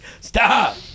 Stop